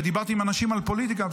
ודיברתי עם אנשים על פוליטיקה.